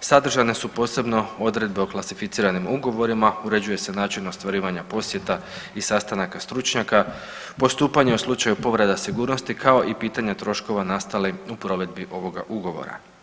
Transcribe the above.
sadržane su posebno odredbe o klasificiranim ugovorima, uređuje se način ostvarivanja posjeta i sastanaka stručnjaka, postupanje u slučaju povreda sigurnosti kao i pitanja troškova nastalih u provedbi ovoga ugovora.